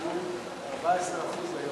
הוא 14% היום.